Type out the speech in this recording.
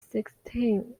sixteen